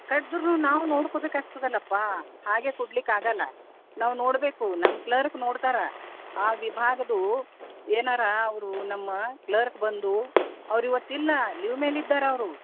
ಕಟ್ಟಿದ್ರು ನಾವು ನೋಡಿಕೋಬೇಕಾಗ್ತಲ್ಲಪ್ಪಾ ಹಾಗೇ ಕೊಡಲಿಕ್ಕಾಗಲ್ಲ ನಾವು ನೋಡಬೇಕು ನಮ್ಮ ಕ್ಲರ್ಕ್ ನೋಡ್ತಾರೆ ಆ ವಿಭಾಗದು ಏನಾರು ಅವರು ನಮ್ಮ ಕ್ಲರ್ಕ್ ಬಂದು ಅವ್ರು ಇವತ್ತಿಲ್ಲ ಲೀವ್ ಮೇಲಿದ್ದಾರವರು